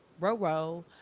Roro